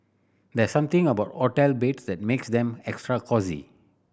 there's something about hotel beds that makes them extra cosy